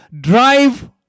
drive